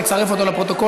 נצרף אותו לפרוטוקול.